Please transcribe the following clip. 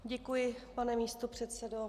Děkuji, pane místopředsedo.